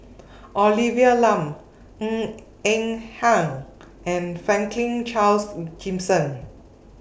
Olivia Lum Ng Eng Hen and Franklin Charles Gimson